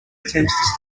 attempts